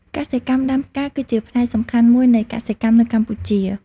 កសិកម្មដំាផ្កា គឺជាផ្នែកសំខាន់មួយនៃកសិកម្មនៅកម្ពុជា។